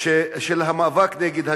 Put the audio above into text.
של המאבק נגד הגזענות,